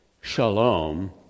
Shalom